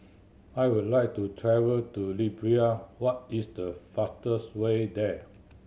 I would like to travel to Libya what is the fastest way there